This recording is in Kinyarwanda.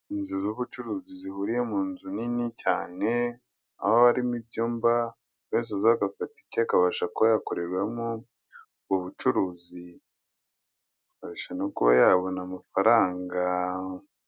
Inzu z'ubucuruzi zihuriye mu nzu nini cyane, aho harimo ibyumba buri wese aza agafata icye akabasha kuba yakorerwamo ubucuruzi, akabasha no kuba yabona amafaranga.